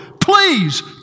Please